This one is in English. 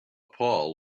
paul